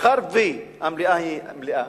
מאחר שהמליאה "מלאה",